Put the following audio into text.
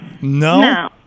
No